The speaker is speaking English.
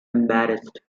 embarrassed